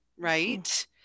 Right